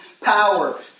power